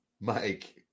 Mike